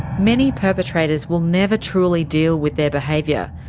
many perpetrators will never truly deal with their behaviour.